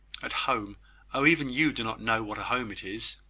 at home oh, even you do not know what a home it is!